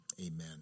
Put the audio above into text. Amen